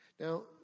Now